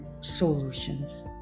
solutions